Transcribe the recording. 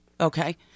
Okay